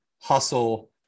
hustle